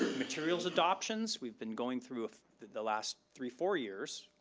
materials adoptions. we've been going through the last three four years.